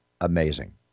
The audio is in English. amazing